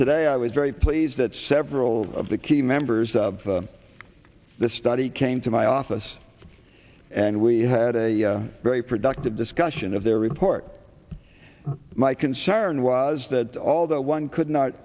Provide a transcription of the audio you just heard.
today i was very pleased that several of the key members of the study came to my office and we had a very productive discussion of their report my concern was that although one could not